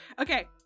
Okay